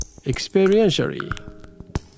experientially